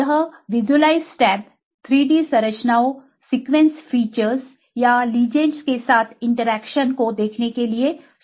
यह visualised tab 3 D संरचनाओं sequence features या लीजेंडस के साथ इंटरेक्शन को देखने के लिए सॉफ्टवेयर देता है